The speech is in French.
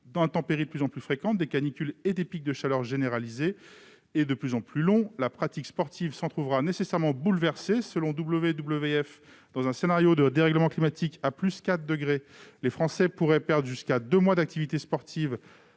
des intempéries de plus en plus fréquentes, des canicules et des pics de chaleur généralisés et de plus en plus longs. La pratique sportive s'en trouvera nécessairement bouleversée. Selon WWF, dans un scénario de dérèglement climatique et d'une hausse des températures de 4 degrés, les Français pourraient perdre jusqu'à deux mois d'activité sportive